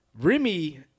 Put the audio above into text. Remy